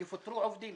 יפוטרו עובדים